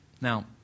Now